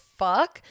fuck